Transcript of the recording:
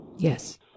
Yes